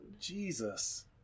Jesus